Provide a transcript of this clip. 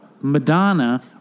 Madonna